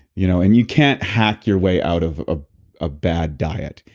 you know and you can't hack your way out of a ah bad diet.